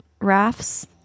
rafts